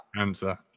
Answer